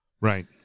Right